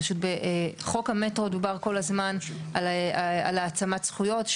פשוט בחוק המטרו דובר כל הזמן על העצמת זכויות,